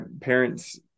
parents